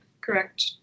correct